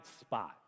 spot